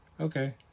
Okay